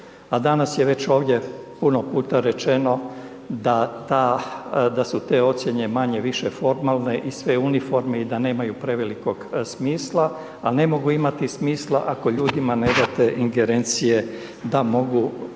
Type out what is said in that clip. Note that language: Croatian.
danas je već ovdje puno puta rečeno da su te ocjene manje-više formalne i sve uniforme i da nemaju prevelikog smisla a ne mogu imati smisla ako ljudima ne date ingerencije da mogu